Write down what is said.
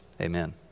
Amen